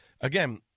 again